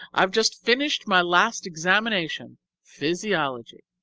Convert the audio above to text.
i've just finished my last examination physiology.